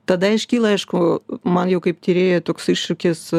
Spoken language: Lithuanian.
tada iškyla aišku man jau kaip tyrėjai toks iššūkis